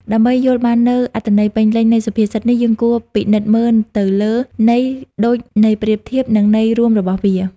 ដើម្បីយល់បាននូវអត្ថន័យពេញលេញនៃសុភាសិតនេះ យើងគួរពិនិត្យមើលទៅលើន័យដូច ន័យប្រៀបធៀប និងន័យរួមរបស់វា។